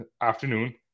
afternoon